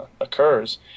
occurs